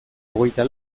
hogeita